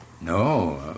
No